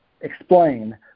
explain